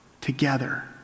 together